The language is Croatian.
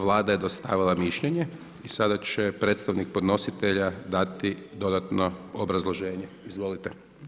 Vlada je dostavila mišljenje i sada će predstavnik podnositelja dati dodatno obrazloženje, izvolite.